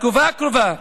בתקופה הקרובה,